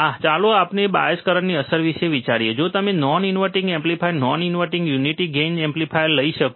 આહ ચાલો આપણે બાયસ કરંટની અસર પર વિચાર કરીએ જો તમે non inverting amplifier non inverting unity gain amplifier લઈ શકો